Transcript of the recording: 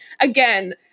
again